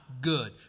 good